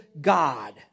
God